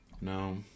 No